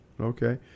Okay